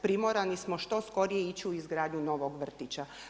Primorani smo što skorije ići u izgradnju novog vrtića.